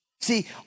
See